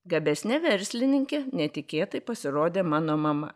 gabesnė verslininkė netikėtai pasirodė mano mama